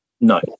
no